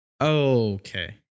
Okay